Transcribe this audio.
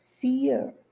fear